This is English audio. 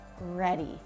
ready